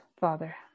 Father